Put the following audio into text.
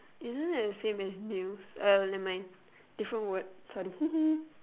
isn't that the same as news uh never mind different word sorry